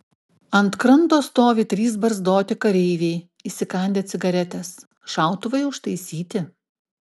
ant kranto stovi trys barzdoti kareiviai įsikandę cigaretes šautuvai užtaisyti